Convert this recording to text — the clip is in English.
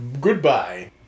Goodbye